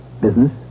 Business